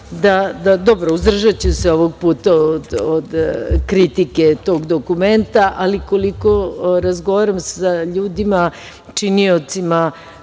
ali uzdržaću se ovog puta kritike dokumenta, ali koliko razgovaram sa ljudima i činiocima,